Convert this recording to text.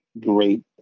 great